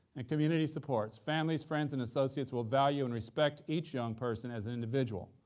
and community supports, families, friends, and associates will value and respect each young person as an individual.